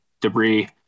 debris